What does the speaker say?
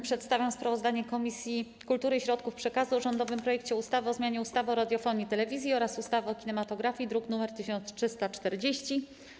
Przedstawiam sprawozdanie Komisji Kultury i Środków Przekazu o rządowym projekcie ustawy o zmianie ustawy o radiofonii i telewizji oraz ustawy o kinematografii, druk nr 1340.